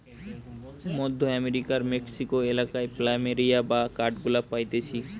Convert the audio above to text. মধ্য আমেরিকার মেক্সিকো এলাকায় প্ল্যামেরিয়া বা কাঠগোলাপ পাইতিছে